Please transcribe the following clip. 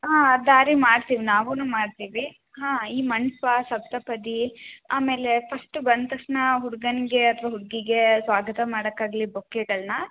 ಹಾಂ ದಾರಿ ಮಾಡ್ತಿವಿ ನಾವೂನು ಮಾಡ್ತೀವಿ ಹಾಂ ಈ ಮಂಟಪ ಸಪ್ತಪದಿ ಆಮೇಲೆ ಫಸ್ಟು ಬಂದ ತಕ್ಷಣ ಹುಡ್ಗನಿಗೆ ಅಥ್ವಾ ಹುಡುಗಿಗೆ ಸ್ವಾಗತ ಮಾಡಕ್ಕೆ ಆಗಲಿ ಬೊಕ್ಕೆಗಳ್ನ